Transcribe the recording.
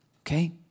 Okay